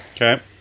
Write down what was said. Okay